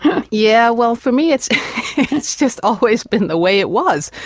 yeah, well for me it's it's just always been the way it was.